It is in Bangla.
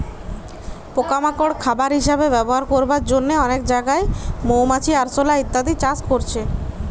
পোকা মাকড় খাবার হিসাবে ব্যবহার করবার জন্যে অনেক জাগায় মৌমাছি, আরশোলা ইত্যাদি চাষ করছে